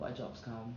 what jobs come